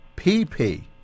P-P